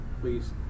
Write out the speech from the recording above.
Please